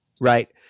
right